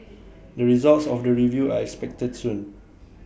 the results of the review are expected soon